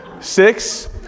Six